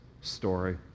story